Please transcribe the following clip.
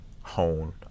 hone